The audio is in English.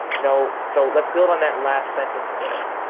no. so let's build on that last sentence there,